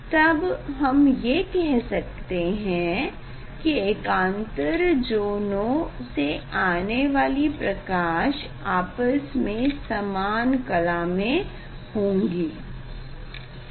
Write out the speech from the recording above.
तब हम ये कह सकते हैं की एकांतर ज़ोनो से आने वाली प्रकाश आपस में समान कला में होंगी